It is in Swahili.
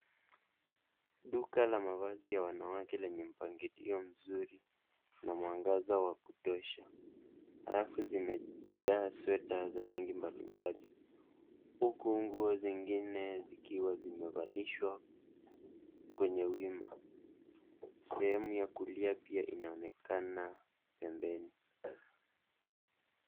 Duka ya mavazi ya wanawake lenye mpangilio mzuri na mwangaza wa kutosha. Rafu zimejaa sweta za rangi mbalimbali, huku nguo zingine zikiwa zimevalishwa kwenye wima. Sehemu ya kulia pia inaonekana pembeni.